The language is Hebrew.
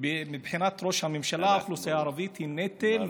מבחינת ראש הממשלה האוכלוסייה הערבית היא נטל,